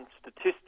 statistics